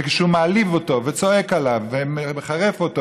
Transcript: וכשהוא מעליב אותו וצועק עליו ומחרף אותו